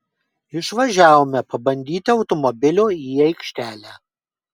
išvažiavome pabandyti automobilio į aikštelę